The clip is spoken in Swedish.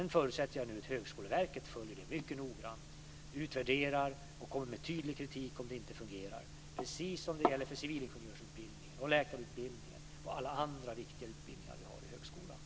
Jag förutsätter att Högskoleverket följer detta mycket noggrant, utvärderar och kommer med tydlig kritik om det inte fungerar, precis som när det gäller civilingenjörsutbildningen, läkarutbildningen och alla andra viktiga utbildningar vi har i högskolan.